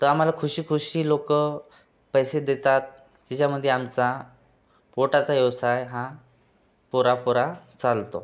तर आम्हाला खुशी खुशी लोकं पैसे देतात त्याच्यामध्ये आमचा पोटाचा व्यवसाय हा पोरा पोरा चालतो